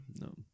No